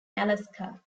alaska